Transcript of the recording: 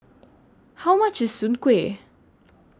How much IS Soon Kway